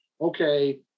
okay